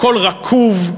הכול רקוב.